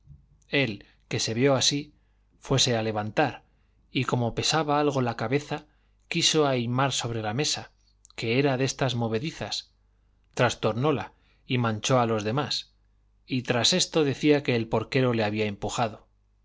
él que se vio así fuese a levantar y como pesaba algo la cabeza quiso ahirmar sobre la mesa que era de estas movedizas trastornóla y manchó a los demás y tras esto decía que el porquero le había empujado